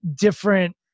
different